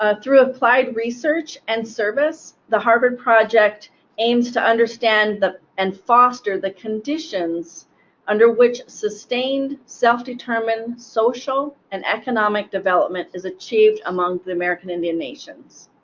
ah through applied research and service, the harvard project aims to understand and foster the conditions under which sustained self-determined social and economic development is achieved among the american indian nations.